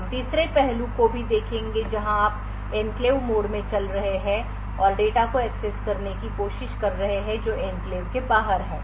हम तीसरे पहलू को भी देखेंगे जहाँ आप एन्क्लेव मोड में चल रहे हैं और डेटा को एक्सेस करने की कोशिश कर रहे हैं जो एन्क्लेव के बाहर है